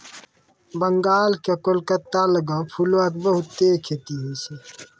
बंगाल के कोलकाता लगां फूलो के बहुते खेती होय छै